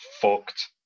fucked